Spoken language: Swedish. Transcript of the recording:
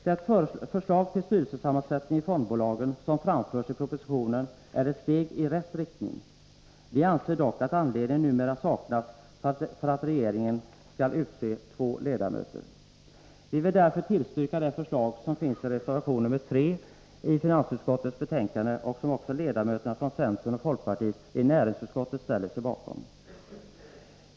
Det förslag till styrelsesammansättning i fondbolagen som framförs i propositionen är ett steg i rätt riktning. Vi anser dock att anledning numera saknas för att regeringen skall utse två ledamöter. Vi vill därför tillstyrka det förslag som finns i reservation nr 3 i finansutskottets betänkande och som också ledamöterna från centern och folkpartiet i näringsutskottet ställer sig bakom.